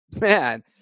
man